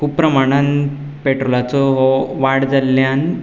खूब प्रमाणान पेट्रोलाचो हो वाड जाल्ल्यान